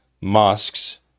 mosques